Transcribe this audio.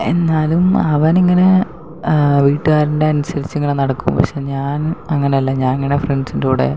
എന്നാലും അവനിങ്ങനെ വീട്ടുകാരിൻ്റെ അനുസരിച്ച് ഇങ്ങനെ നടക്കും പക്ഷെ ഞാൻ അങ്ങനെയല്ല ഞാൻ ഇങ്ങനെ ഫ്രണ്ട്സിൻ്റെ കൂടെ